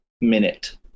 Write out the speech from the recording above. minute